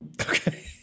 Okay